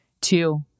Two